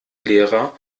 lehrer